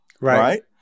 right